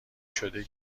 شده